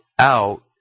out